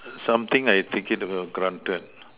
something I take it for granted